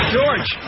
George